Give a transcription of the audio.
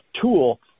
tool